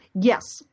Yes